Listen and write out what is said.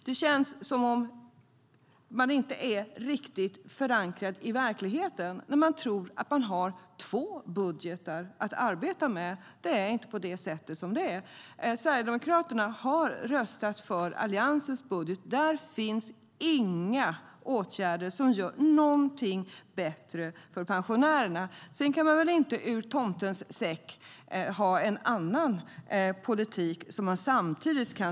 Det känns som att man inte är riktigt förankrad i verkligheten när man tror att man har två budgetar att arbeta med. Det är inte på det sättet. Sverigedemokraterna har röstat för Alliansens budget. Där finns inga åtgärder som gör någonting bättre för pensionärerna. Sedan kan man väl inte ur tomtens säck dra fram en annan politik att driva samtidigt.